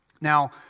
Now